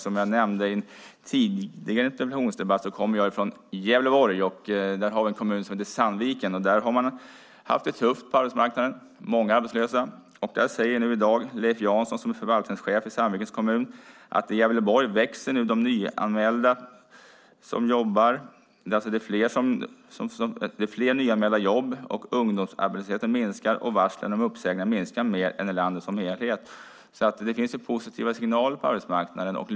Som jag nämnt i en interpellationsdebatt tidigare kommer jag från Gävleborg. I Sandvikens kommun har det varit tufft på arbetsmarknaden med många arbetslösa. I dag säger Leif Jansson som är förvaltningschef i Sandvikens kommun att antalet nyanmälda i jobb växer i Gävleborg. Det är fler nyanmälda jobb. Ungdomsarbetslösheten minskar. Antalet varsel om uppsägningar minskar mer än i landet som helhet. Det finns alltså positiva signaler ute på arbetsmarknaden.